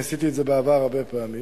עשיתי את זה בעבר הרבה פעמים.